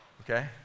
okay